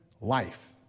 life